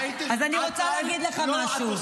אז אני רוצה להגיד לך משהו.